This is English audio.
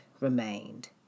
remained